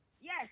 Yes